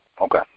Okay